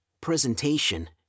presentation